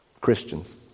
Christians